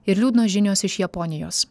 ir liūdnos žinios iš japonijos